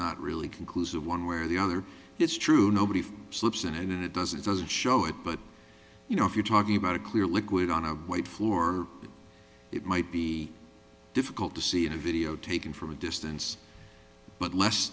not really conclusive one where the other it's true nobody slips and it does it doesn't show it but you know if you're talking about a clear liquid on a white floor it might be difficult to see in a video taken from a distance but less